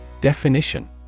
Definition